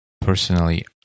personally